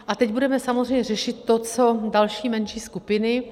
A teď budeme samozřejmě řešit další menší skupiny.